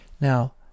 Now